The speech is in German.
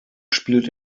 spielt